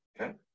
Okay